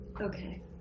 Okay